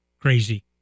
crazy